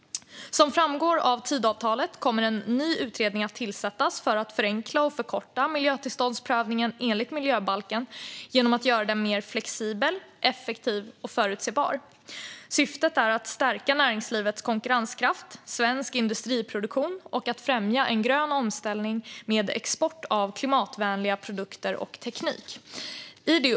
Som framgår av Tidöavtalet kommer en ny utredning att tillsättas för att förenkla och förkorta miljötillståndsprövningen enligt miljöbalken genom att göra den mer flexibel, effektiv och förutsebar. Syftet är att stärka näringslivets konkurrenskraft och svensk industriproduktion samt att främja en grön omställning med export av klimatvänliga produkter och klimatvänlig teknik.